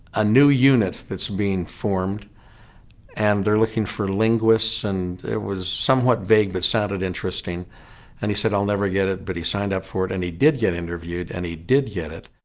a new unit that's being formed formed and they're looking for linguists and it was somewhat vague but sounded interesting and he said i'll never get it but he signed up for it and he did get interviewed and he did get it.